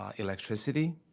ah electricity,